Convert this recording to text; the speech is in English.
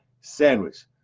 sandwich